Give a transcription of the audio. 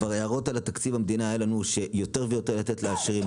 הערות על תקציב המדינה היו לנו שיותר ויותר נותנים לעשירים,